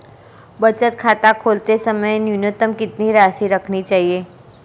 बचत खाता खोलते समय न्यूनतम कितनी राशि रखनी चाहिए?